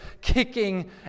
kicking